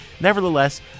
Nevertheless